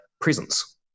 presence